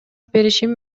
беришим